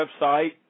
website